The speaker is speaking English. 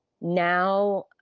now